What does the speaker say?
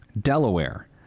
Delaware